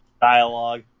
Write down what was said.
dialogue